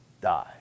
Die